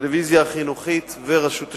הטלוויזיה החינוכית ורשות השידור,